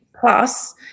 plus